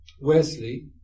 Wesley